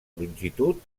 longitud